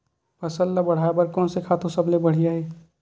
फसल ला बढ़ाए बर कोन से खातु सबले बढ़िया हे?